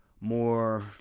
more